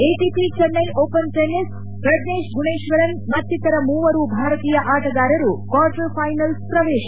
ATP Chennai Open tennis Prajnesh Gunneswaran ಮತ್ತಿತರ ಮೂವರು ಭಾರತೀಯ ಆಣಗಾರರು ಕ್ಸಾರ್ಟರ್ ಫೈನಲ್ಪ್ ಪ್ರವೇಶ